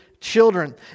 Children